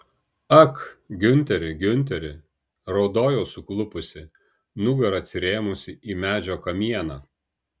ak giunteri giunteri raudojau suklupusi nugara atsirėmusi į medžio kamieną